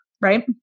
Right